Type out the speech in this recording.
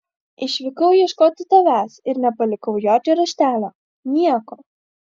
išvykau ieškoti tavęs ir nepalikau jokio raštelio nieko